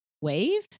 wave